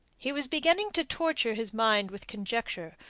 he was beginning to torture his mind with conjecture,